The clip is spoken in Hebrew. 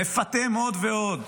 מפטם עוד ועוד,